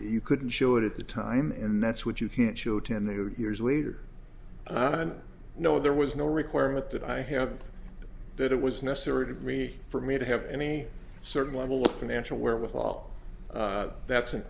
you couldn't show it at the time and that's what you can't show ten years later i didn't know there was no requirement that i have that it was necessary to me for me to have any certain level of financial wherewithal that's an